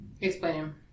Explain